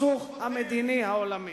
בלב הסכסוך המדיני העולמי.